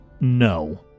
No